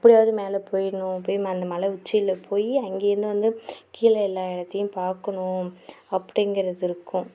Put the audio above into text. எப்படியாவுது மேலே போயிடணும் போயி அந்த மலை உச்சியில் போயி அங்கேருந்து வந்து கீழே எல்லா இடத்தியும் பார்க்குணும் அப்படிங்குறது இருக்கும்